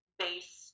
base